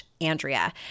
Andrea